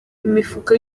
imifuka